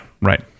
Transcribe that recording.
right